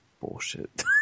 bullshit